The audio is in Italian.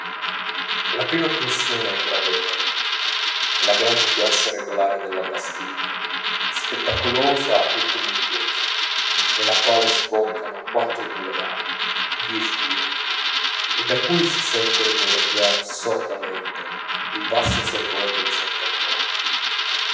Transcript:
la prima impressione è gradevole è la grande piazza irregolare della bastiglia spettacolosa e tumultuosa nella quale sboccano quattro boulevards e dieci vie e da cui si sente rumoreggiar sordamente il vasto sobborgo di sant'antonio